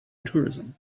tourism